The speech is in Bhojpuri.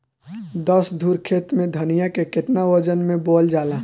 दस धुर खेत में धनिया के केतना वजन मे बोवल जाला?